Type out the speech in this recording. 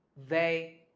they,